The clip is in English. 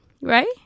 right